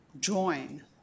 join